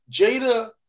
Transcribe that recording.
Jada